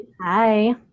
Hi